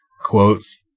Quotes